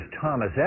Thomas